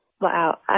Wow